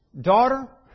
daughter